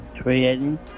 creating